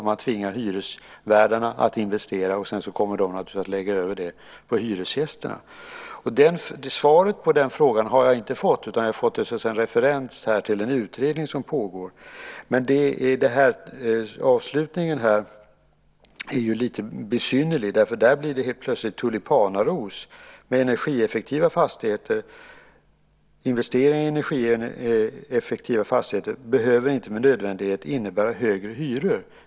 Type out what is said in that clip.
Om man tvingar hyresvärdarna att investera kommer de sedan naturligtvis att lägga över det på hyresgästerna. Svaret på denna fråga har jag inte fått, bara en referens till en utredning som pågår. Avslutningen i svaret är lite besynnerlig. Där blir det helt plötsligt tulipanaros: Investeringar i mer energieffektiva fastigheter behöver inte med nödvändighet innebära högre hyror.